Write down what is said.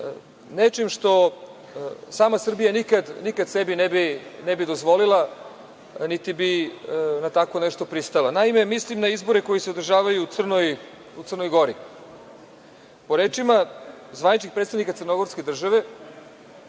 nečim što sama Srbija nikad sebi ne bi dozvolila, niti bi na tako nešto pristala. Naime, mislim na izbore koji se održavaju u Crnoj Gori. Po rečima zvaničnih predstavnika crnogorske države